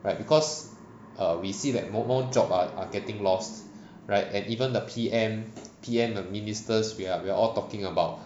right because err we see that more job are are getting lost right and even the P_M P_M the ministers we're we're all talking about